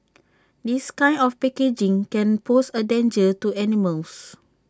this kind of packaging can pose A danger to animals